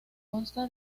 consta